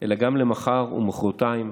אלא גם למחר ומוחרתיים,